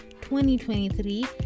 2023